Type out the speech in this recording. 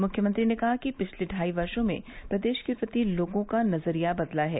मुख्यमंत्री ने कहा कि पिछले ढाई वर्षो में प्रदेश के प्रति लोगों का नजरिया बदला है